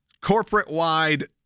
corporate-wide